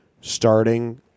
starting